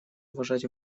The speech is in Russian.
уважать